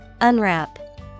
Unwrap